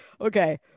Okay